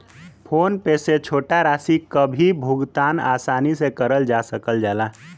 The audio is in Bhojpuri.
फोन पे से छोटा राशि क भी भुगतान आसानी से करल जा सकल जाला